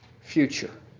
future